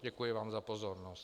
Děkuji vám za pozornost.